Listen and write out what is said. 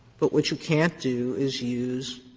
but what you can't do is use